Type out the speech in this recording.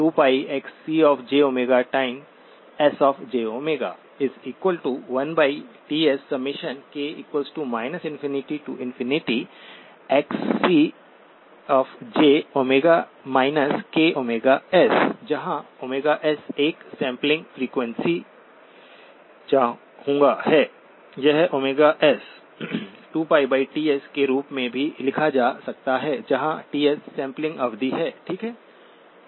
तो XsjΩ12πXcjΩSjΩ1Tsk ∞XcjΩ ks जहाँ s एक सैंपलिंग फ़्रीक्वेंसीचाहूंगा है या s 2πTs के रूप में भी लिखा जा सकता है जहां Ts सैंपलिंग अवधि है ठीक है